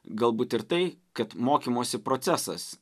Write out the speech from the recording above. galbūt ir tai kad mokymosi procesas